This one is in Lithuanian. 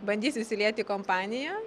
bandysiu įsiliet į kompaniją